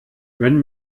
wenn